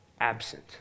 absent